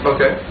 Okay